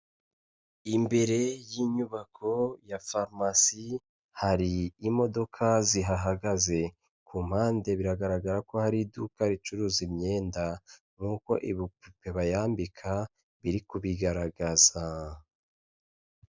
Imbere y'inyubako ya farumasi hari imodoka zihagaze, ku mpande biragaragara ko hari iduka ricuruza imyenda nk'uko ibipupe bayambika biri kubigaragaza.